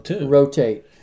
rotate